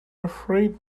afraid